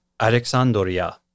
Alexandria